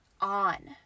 on